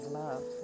love